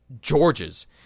George's